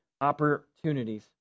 opportunities